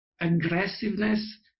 aggressiveness